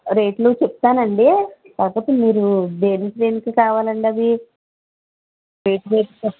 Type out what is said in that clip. రేట్లు చెబుతానండి ఒకటి మీరు కావాలండి అవి రేట్లు వేసి చెప్పు